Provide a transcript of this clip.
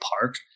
park